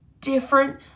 different